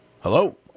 Hello